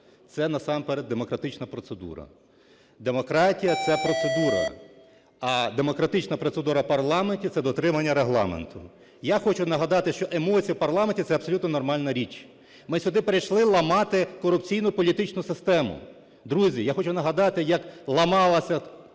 це насамперед демократична процедура. Демократія – це процедура, а демократична процедура в парламенті – це дотримання Регламенту. Я хочу нагадати, що емоції в парламенті – це абсолютно нормальна річ. Ми сюди прийшли ламати корупційну і політичну систему. Друзі, я хочу нагадати як ламалася політична